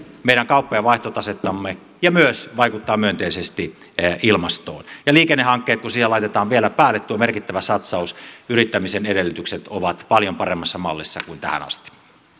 meidän kauppa ja vaihtotasettamme ja myös vaikuttaa myönteisesti ilmastoon ja liikennehankkeet kun siihen laitetaan vielä päälle tuo merkittävä satsaus yrittämisen edellytyksiin on paljon paremmassa mallissa kuin tähän asti